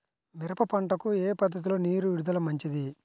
మిరప పంటకు ఏ పద్ధతిలో నీరు విడుదల మంచిది?